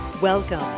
Welcome